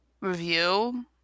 Review